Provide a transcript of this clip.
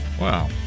Wow